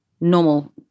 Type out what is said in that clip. normal